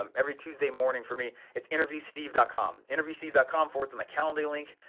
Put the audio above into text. um every tuesday morning for me, it's interview steve dot com, interview steve dot com forwards to my calender link,